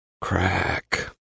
Crack